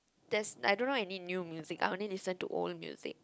there's I don't know any new music I only listen to old music